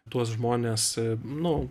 tuos žmones nu